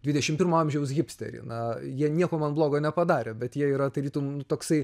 dvidešim pirmo amžiaus hipsterį na jie nieko man blogo nepadarė bet jie yra tarytum nu toksai